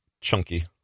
chunky